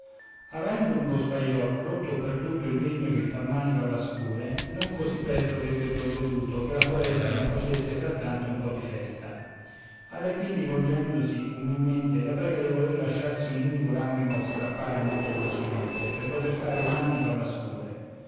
avendo un boscaiol rotto o perduto il legno che fa manico alla scure non così presto v'ebbe provveduto che la foresta non facesse frattanto un po di festa a lei quindi volgendosi umilmente la prega di voler lasciarsi un unico ramo strappare molto dolcemente per poter fare un manico alla scure